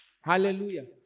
Hallelujah